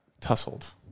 tussled